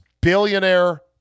billionaire